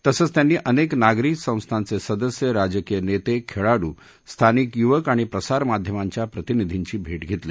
तसंच त्यांनी अनेक नागरी संस्थाचे सदस्य राजकीय नेते खेळाडू स्थानिक युवक आणि प्रसारमाध्यमांच्या प्रतिनिर्धीची भेट घेतली